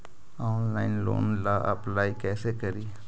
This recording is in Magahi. ऑनलाइन लोन ला अप्लाई कैसे करी?